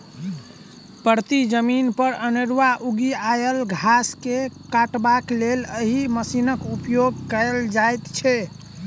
परती जमीन पर अनेरूआ उगि आयल घास के काटबाक लेल एहि मशीनक उपयोग कयल जाइत छै